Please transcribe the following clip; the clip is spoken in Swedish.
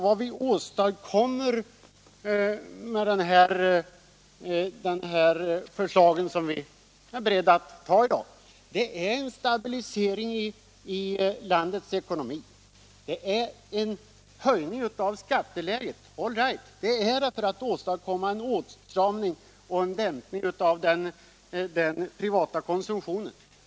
Vad vi åstadkommer med det här förslaget, som vi är beredda att ta i dag, är en stabilisering i landets ekonomi. Visst innebär det en höjning av skatteläget, men den är till för att åstadkomma en åtstramning och en dämpning av den privata konsumtionen.